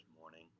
morning